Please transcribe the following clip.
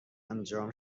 انجام